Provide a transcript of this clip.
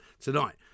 tonight